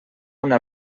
una